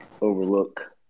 overlook